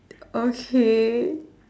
okay